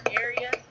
area